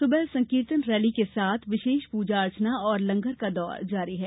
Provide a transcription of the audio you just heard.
सुबह संकीर्तन रैली के साथ विशेष पूजा अर्चना और लंगर का दौर जारी है